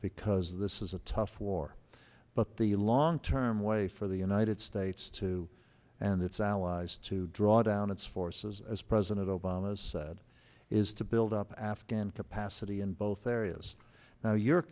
because this is a tough war but the long term way for the united states to and its allies to draw down its forces as president obama has said is to build up afghan capacity in both areas now your